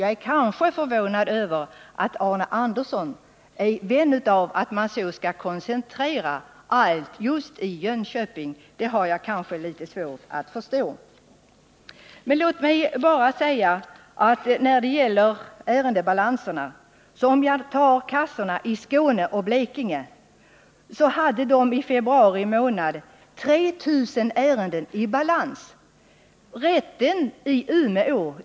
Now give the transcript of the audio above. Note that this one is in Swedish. Jag är förvånad över att Arne Andersson är vän av att man skall koncentrera allt just i Jönköping. Det har jag litet svårt att förstå. Låt mig bara säga något om ärendebalanserna. Rätten i Umeå beräknades få 2 000 mål. Kassorna i Skåne och Blekinge hade i februari månad 3 000 ärenden i balans.